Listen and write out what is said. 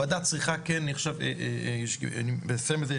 הוועדה צריכה כן לסיים את זה,